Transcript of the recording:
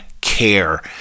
care